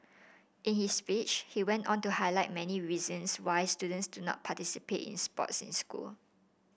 in his speech he went on to highlight many reasons why students do not participate in sports in school